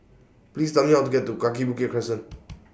Please Tell Me How to get to Kaki Bukit Crescent